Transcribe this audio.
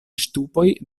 ŝtupoj